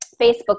Facebook